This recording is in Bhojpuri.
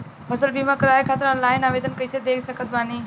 फसल बीमा करवाए खातिर ऑनलाइन आवेदन कइसे दे सकत बानी?